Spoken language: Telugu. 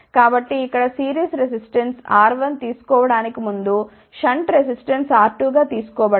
కాబట్టి ఇక్కడ సిరీస్ రెసిస్టెన్స్ R1 తీసుకోబడటానికి ముందు షంట్ రెసిస్టెన్స్ R2 గా తీసుకోబడింది